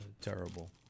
terrible